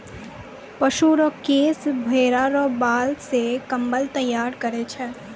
पशु रो केश भेड़ा रो बाल से कम्मल तैयार करै छै